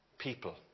people